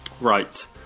right